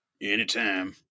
Anytime